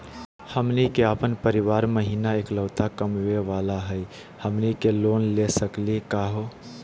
हमनी के अपन परीवार महिना एकलौता कमावे वाला हई, हमनी के लोन ले सकली का हो?